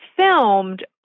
filmed